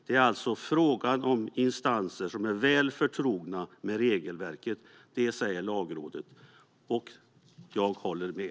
Det är alltså fråga om instanser som är väl förtrogna med regelverket." Det säger Lagrådet. Och jag håller med.